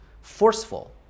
forceful